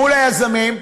מול היזמים,